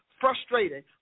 frustrating